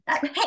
hey